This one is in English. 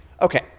Okay